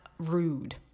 rude